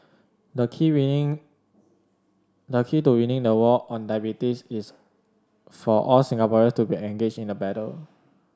the key winning the key to winning the war on diabetes is for all Singaporeans to be engaged in the battle